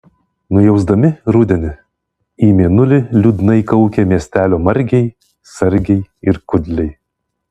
nujausdami rudenį į mėnulį liūdnai kaukė miestelio margiai sargiai ir kudliai